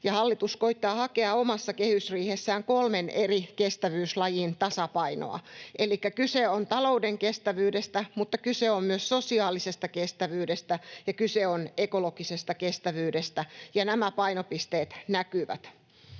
hallitus koettaa hakea omassa kehysriihessään kolmen eri kestävyyslajin tasapainoa. Elikkä kyse on talouden kestävyydestä, mutta kyse on myös sosiaalisesta kestävyydestä ja kyse on ekologisesta kestävyydestä, ja nämä painopisteet näkyvät.